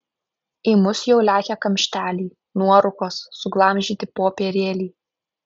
į mus jau lekia kamšteliai nuorūkos suglamžyti popierėliai